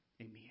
amen